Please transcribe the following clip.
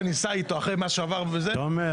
אולי ניסע איתו אחרי מה שעברנו --- תומר,